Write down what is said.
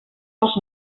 els